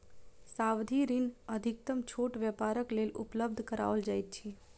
सावधि ऋण अधिकतम छोट व्यापारक लेल उपलब्ध कराओल जाइत अछि